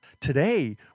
Today